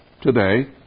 today